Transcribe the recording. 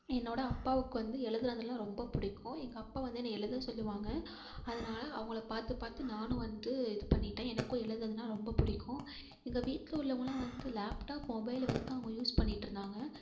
என்னோட அப்பாவுக்கு வந்து எழுதுறதுலாம் ரொம்ப பிடிக்கும் எங்கள் அப்பா வந்து என்ன எழுத சொல்லுவாங்க அதனால அவங்கள பார்த்து பார்த்து நானும் வந்து இது பண்ணிவிட்டேன் எனக்கு எழுதுறதுன்னா ரொம்ப பிடிக்கும் எங்கள் வீட்டில் உள்ளவங்கள்லாம் வந்து லேப்டாப் மொபைலை வச் தான் அவங்க யூஸ் பண்ணியிட்ருந்தாங்க